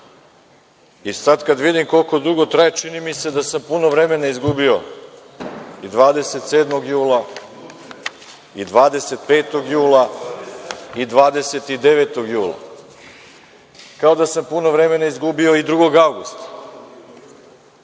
i sada kada vidim koliko dugo traje čini mi se da sam puno vremena izgubio i 27. jula i 25. jula i 29. jula, kao da sam puno vremena izgubio i 2. avgusta. Prvi